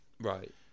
Right